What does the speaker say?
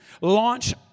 launch